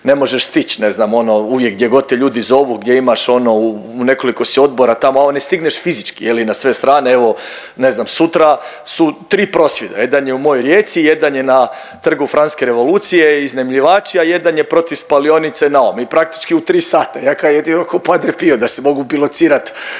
ne možeš stić, ne znam ono uvijek gdje god te ljudi zovu gdje imaš ono u nekoliko si odbora tamo vamo ne stigneš fizički je li na sve strane. Evo ne znam sutra su tri prosvjeda, jedan je u mojoj Rijeci, jedan je na Trgu francuske revolucije i iznajmljivači, a jedan je protiv spalionice na ovo i praktički u tri sata. …/Govornik se ne razumije./… da se mogu bilocirat